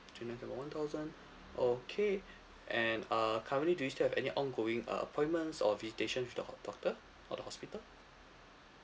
two nights about one thousand okay and uh currently do you still have any ongoing uh appointments or visitation with the ho~ doctor or the hospital